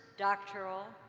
doctoral,